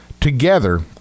together